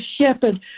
shepherd